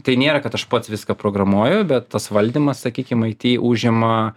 tai nėra kad aš pats viską programuoju bet tas valdymas sakykim it užima